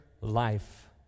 life